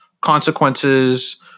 consequences